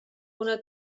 una